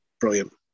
Brilliant